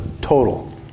total